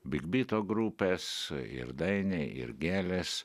big byto grupės ir dainiai ir gėlės